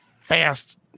fast